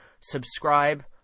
subscribe